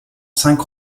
cinq